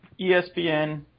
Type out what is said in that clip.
ESPN